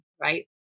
right